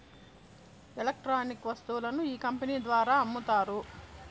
electronic వస్తువులను ఈ company ద్వారా అమ్ముతారు